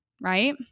right